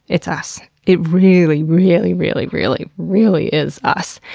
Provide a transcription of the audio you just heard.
it's us. it really, really, really, really, really is us.